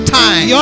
time